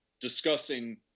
discussing